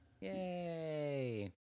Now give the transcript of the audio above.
Yay